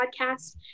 Podcast